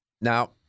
Now